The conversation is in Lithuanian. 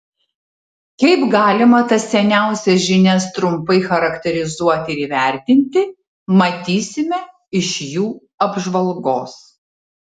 kaip galima tas seniausias žinias trumpai charakterizuoti ir įvertinti matysime iš jų apžvalgos